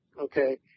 Okay